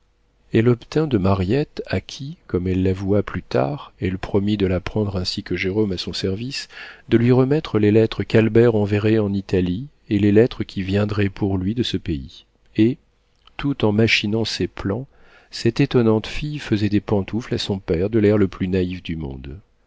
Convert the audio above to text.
elle obtint de mariette à qui comme elle l'avoua plus tard elle promit de la prendre ainsi que jérôme à son service de lui remettre les lettres qu'albert enverrait en italie et les lettres qui viendraient pour lui de ce pays et tout en machinant ces plans cette étonnante fille faisait des pantoufles à son père de l'air le plus naïf du monde